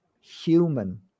human